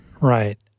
Right